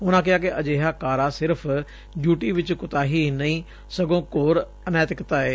ਉਨੂਂ ਕਿਹਾ ਕਿ ਅਜਿਹਾ ਕਾਰਾ ਸਿਰਫ਼ ਡਿਉਟੀ ਵਿੱਚ ਕੁਡਾਹੀ ਹੀ ਨਹੀ ਸਗੋ ਘੋਰ ਅਨੈਤਿਕਤਾ ਏ